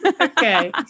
Okay